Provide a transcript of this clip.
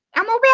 elmo.